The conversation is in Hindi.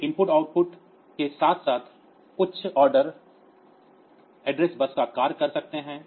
वे IO पिन के साथ साथ उच्च ऑर्डर Address bus का कार्य कर सकते हैं